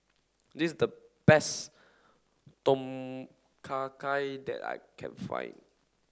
this is the best Tom Kha Gai that I can find